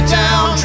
down